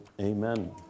Amen